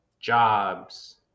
jobs